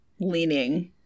leaning